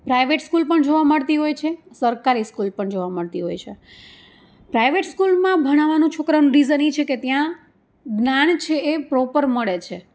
private school પણ જોવા મળતી હોય છે સરકારી સ્કૂલ પણ જોવા મળતી હોય છે પ્રાઇવેટ સ્કૂલમાં ભણાવાનું છોકરાનું રિઝન એ છે કે ત્યાં જ્ઞાન છે એ પ્રોપર મળે છે